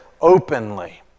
openly